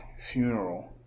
funeral